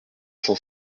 cent